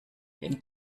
den